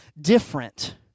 different